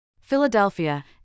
Philadelphia